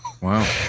Wow